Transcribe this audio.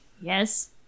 Yes